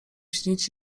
śnić